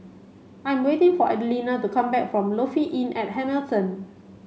I am waiting for Adelina to come back from Lofi Inn at Hamilton